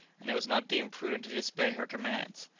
and it was not deemed prudent to disobey her commands.